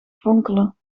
fonkelen